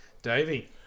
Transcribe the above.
Davey